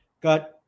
got